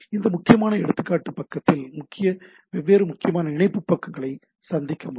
இந்த முக்கியமான எடுத்துக்காட்டு பக்கத்தில் வெவ்வேறு முக்கியமான இணைப்பு பக்கங்களை சந்திக்க முடியும்